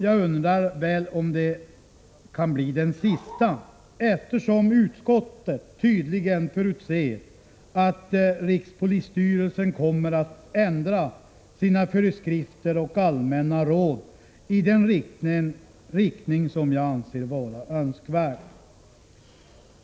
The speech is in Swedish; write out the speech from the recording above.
Jag undrar om det blir den sista, eftersom utskottet tydligen förutser att rikspolisstyrelsen kommer att ändra sina föreskrifter och allmänna råd i den riktning som jag anser vara önskvärd.